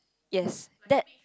yes that